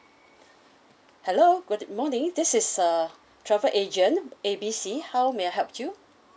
hello good morning this is uh travel agent A B C how may I help you